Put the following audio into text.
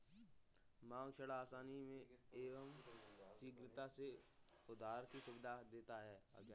मांग ऋण आसानी एवं शीघ्रता से उधार की सुविधा देता है